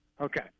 Okay